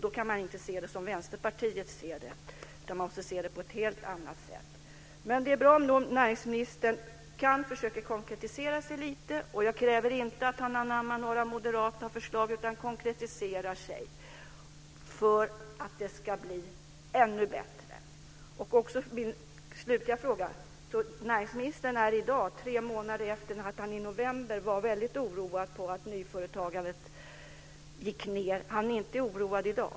Då kan man inte se det som Vänsterpartiet ser det, utan man måste se det på ett helt annat sätt. Det är bra om näringsministern kan försöka att konkretisera sig lite. Jag kräver inte att han anammar några moderata förslag, utan att han konkretiserar sig för att det ska bli ännu bättre. Min slutliga fråga: För tre månader sedan, i november, var näringsministern väldigt oroad över att nyföretagandet minskade. Är han inte oroad i dag?